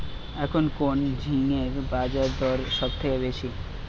এখন কোন ঝিঙ্গের বাজারদর সবথেকে বেশি?